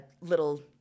little